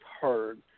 heard